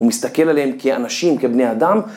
הוא מסתכל עליהם כאנשים, כבני אדם,